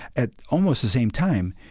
at almost the same time,